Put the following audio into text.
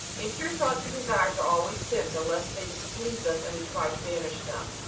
impure thoughts and desires are always sins, unless they displease us and we try to banish them.